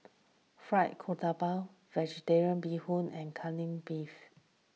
Fried Garoupa Vegetarian Bee Hoon and Kai Lan Beef